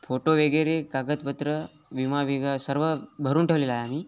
photo वगैरे कागदपत्र विमा विगा सर्व भरून ठेवले आहे आम्ही